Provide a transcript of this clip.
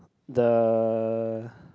the